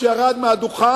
כשהוא ירד מהדוכן,